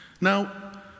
Now